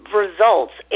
results